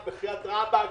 בחייאת ראבק,